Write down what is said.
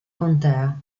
contea